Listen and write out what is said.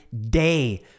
day